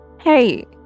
Hey